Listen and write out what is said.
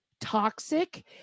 toxic